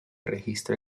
registra